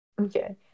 Okay